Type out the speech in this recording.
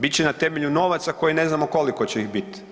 Bit će na temelju novaca koje ne znamo koliko će ih biti.